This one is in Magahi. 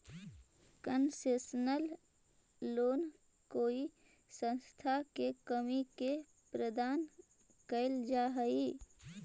कंसेशनल लोन कोई संस्था के कर्मी के प्रदान कैल जा हइ